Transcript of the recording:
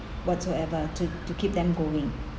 whatsoever to to keep them going